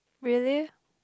really